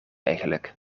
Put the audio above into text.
eigenlijk